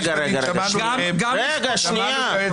את היועצת המשפטית --- שנייה.